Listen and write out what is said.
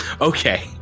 Okay